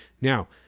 Now